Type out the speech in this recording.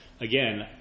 again